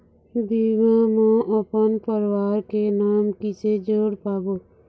बीमा म अपन परवार के नाम किसे जोड़ पाबो?